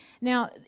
Now